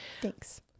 Thanks